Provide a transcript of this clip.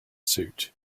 suit